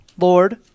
Lord